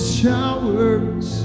showers